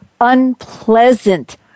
unpleasant